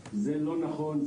פשיעה זה לא נכון,